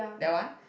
that one